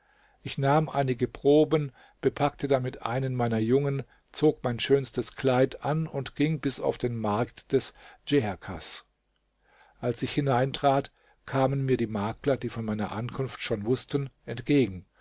ich nahm einige proben bepackte damit einen meiner jungen zog mein schönstes kleid an und ging bis auf den markt des djeherkaß als ich hineintrat kamen mir die makler die von meiner ankunft schon wußten entgegen